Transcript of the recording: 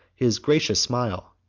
his gracious smile,